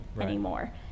anymore